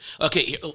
Okay